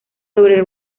sobre